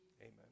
Amen